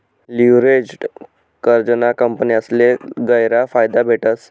leveraged कर्जना कंपन्यासले गयरा फायदा भेटस